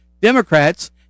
Democrats